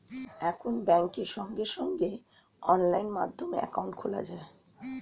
এখন ব্যাংকে সঙ্গে সঙ্গে অনলাইন মাধ্যমে অ্যাকাউন্ট খোলা যায়